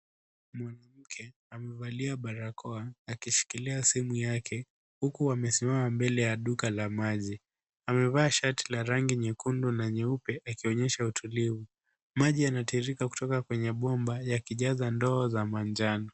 Mwanake amevalia barakoa akishikilia simu yake, huku amesimama mbele ya duka la maji. Amevaa shati la rangi nyekundu na nyeupe, akionyesha utulivu. Maji yanatiririka kutoka kwenye bomba yakijaza ndoo za manjano.